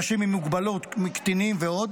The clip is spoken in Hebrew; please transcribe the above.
אנשים עם מוגבלות, קטינים ועוד,